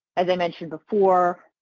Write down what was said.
as i mentioned before